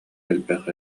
элбэх